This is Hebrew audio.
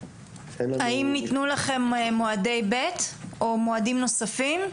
האם ניתנו לכם מועדי ב' או מועדים נוספים?